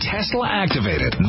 Tesla-activated